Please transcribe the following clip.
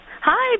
Hi